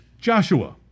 Joshua